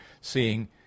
seeing